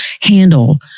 handle